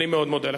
אני מאוד מודה לך.